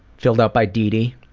filled out by didi.